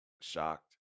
shocked